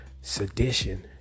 sedition